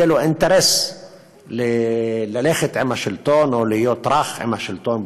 יהיה לו אינטרס ללכת עם השלטון או להיות רך עם השלטון,